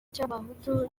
cy’abahutu